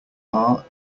are